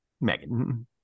Megan